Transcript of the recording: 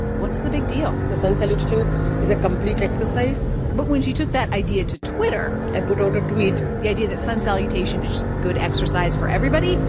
what's the big deal? the sun salutation is a complete exercise but when she took that idea to twitter. i put out a tweet the idea that sun salutation is just good exercise for everybody. and